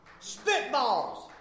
Spitballs